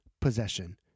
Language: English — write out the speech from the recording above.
possession